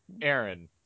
Aaron